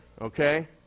okay